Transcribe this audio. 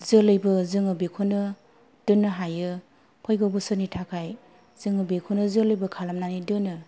जोलैबो जोङो बेखौनो दोन्नो हायो फैगौ बोसोरनि थाखाय जोङो बेखौनो जोलैबो खालामनानै दोनो